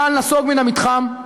צה"ל נסוג מן המתחם,